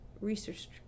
research